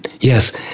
Yes